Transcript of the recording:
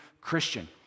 Christian